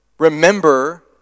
Remember